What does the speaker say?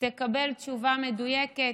תקבל תשובה מדויקת,